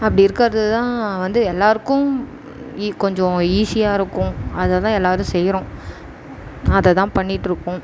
அப்படி இருக்கிறது தான் வந்து எல்லோருக்கும் ஈ கொஞ்சம் ஈஸியாக இருக்கும் அதை தான் எல்லோரும் செய்கிறோம் அதை தான் பண்ணிட்டுருக்கோம்